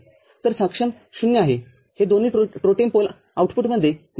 तर सक्षम ० आहे हे दोन्ही टोटेम पोल आउटपुटमध्ये बंद आहेत